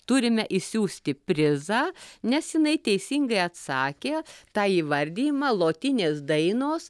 turime išsiųsti prizą nes jinai teisingai atsakė tą įvardijimą lotinės dainos